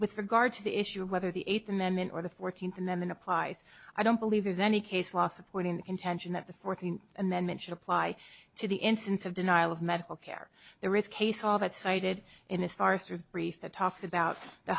with regard to the issue of whether the eighth amendment or the fourteenth amendment applies i don't believe there's any case law supporting the contention that the fourteenth amendment should apply to the instance of denial of medical care there is case all that cited in a star cers brief the talks about the